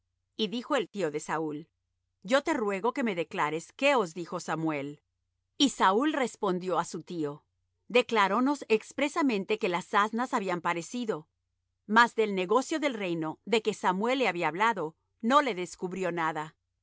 y dijo el tío de saúl yo te ruego me declares qué os dijo samuel y saúl respondió á su tío declarónos expresamente que las asnas habían parecido mas del negocio del reino de que samuel le había hablado no le descubrió nada